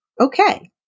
Okay